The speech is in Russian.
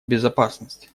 безопасность